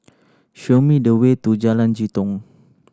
show me the way to Jalan Jitong